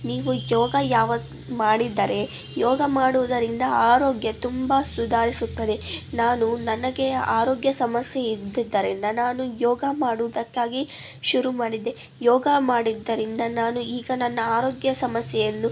ನೀವು ಯೋಗ ಯಾವಾಗ ಮಾಡಿದ್ದರೆ ಯೋಗ ಮಾಡುವುದರಿಂದ ಆರೋಗ್ಯ ತುಂಬ ಸುಧಾರಿಸುತ್ತದೆ ನಾನು ನನಗೆ ಆರೋಗ್ಯ ಸಮಸ್ಯೆ ಇದ್ದಿದ್ದರಿಂದ ನಾನು ಯೋಗ ಮಾಡುವುದಕ್ಕಾಗಿ ಶುರು ಮಾಡಿದ್ದೆ ಯೋಗ ಮಾಡಿದ್ದರಿಂದ ನಾನು ಈಗ ನನ್ನ ಆರೋಗ್ಯ ಸಮಸ್ಯೆಯನ್ನು